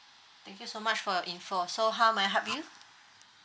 thank you so much for your info so how may I help you